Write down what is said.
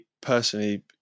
personally